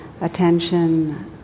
attention